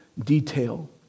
Detail